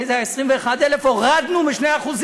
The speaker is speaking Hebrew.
ואחרי זה היה 21,000, הורדנו ב-2%.